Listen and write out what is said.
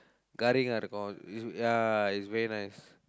garing ah the is ya it's very nice